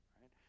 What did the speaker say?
right